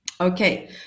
Okay